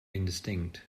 indistinct